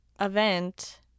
event